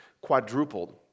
quadrupled